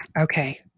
Okay